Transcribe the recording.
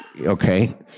Okay